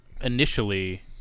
initially